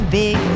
big